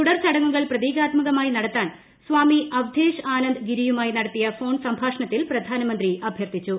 തുടർ ചടങ്ങുകൾ പ്രതീകാത്മകമായി നടത്താൻ സ്വാമി അവ്ധേശ് ആനന്ദ് ഗിരിയുമായി നടത്തിയ ഫോൺ സംഭാഷണത്തിൽ പ്രധാനമന്ത്രി അഭ്യർത്ഥിച്ചു